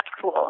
cool